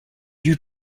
lut